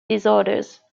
disorders